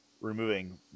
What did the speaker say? removing